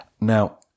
Now